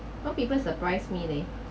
no people surprised me leh